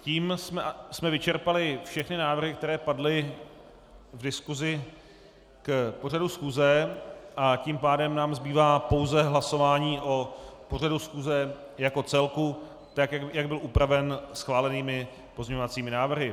Tím jsme vyčerpali všechny návrhy, které padly v diskusi k pořadu schůze, a tím pádem nám zůstává pouze hlasování o pořadu schůze jako celku, jak byl upraven schválenými pozměňovacími návrhy.